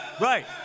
Right